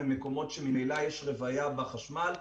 ממקומות שממילא יש רוויה בחשמל.